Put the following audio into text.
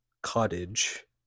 Cottage